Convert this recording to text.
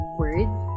words